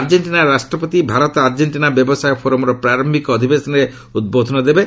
Argentina ରାଷ୍ଟ୍ରପତି Bharat Argentina ବ୍ୟବସାୟ ଫୋରମର ପ୍ରାର୍ୟିକ ଅଧିବେଶନରେ ଉଦ୍ବୋଧନ ଦେବେ